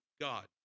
God